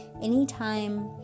Anytime